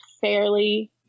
fairly